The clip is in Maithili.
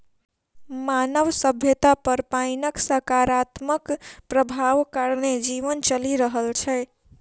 मानव सभ्यता पर पाइनक सकारात्मक प्रभाव कारणेँ जीवन चलि रहल छै